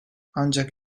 ancak